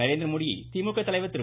நரேந்திரமோதியை திமுக தலைவர் திரு